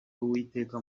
uwiteka